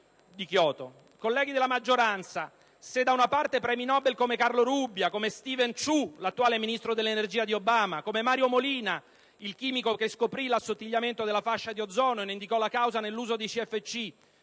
Colleghi della maggioranza, se da una parte premi Nobel come Carlo Rubbia, come Steven Chu (ministro dell'energia di Obama), come Mario Molina (il chimico che scoprì l'assottigliamento della fascia di ozono e ne indicò la causa nell'uso dei CFC),